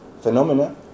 phenomena